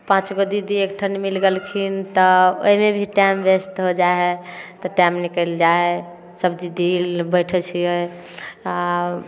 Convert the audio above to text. पाँचगो दीदी एकठाम मिलि गेलखिन तऽ ओहिमे भी टाइम व्यस्त हो जाइ हइ तऽ टाइम निकलि जाइ हइ सभ दीदी बैठै छिए आओर